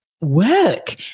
Work